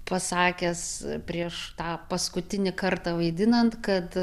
pasakęs prieš tą paskutinį kartą vaidinant kad